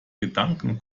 gedanken